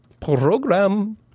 program